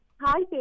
hi